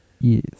Yes